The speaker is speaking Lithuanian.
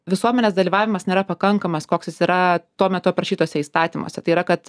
visuomenės dalyvavimas nėra pakankamas koks yra tuo metu aprašytuose įstatymuose tai yra kad